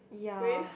with